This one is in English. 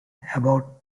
about